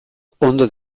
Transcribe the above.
ondo